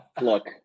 look